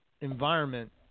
environment